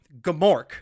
Gamork